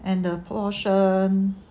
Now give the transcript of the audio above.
and the portion